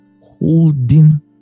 holding